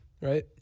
right